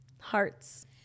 Hearts